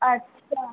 अच्छा